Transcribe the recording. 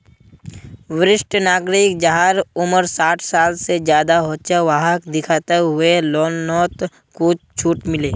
वरिष्ठ नागरिक जहार उम्र साठ साल से ज्यादा हो छे वाहक दिखाता हुए लोननोत कुछ झूट मिले